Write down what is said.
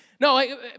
No